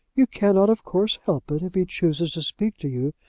you cannot, of course, help it if he chooses to speak to you,